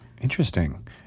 Interesting